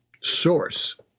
source